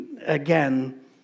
again